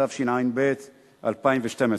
התשע"ב 2012,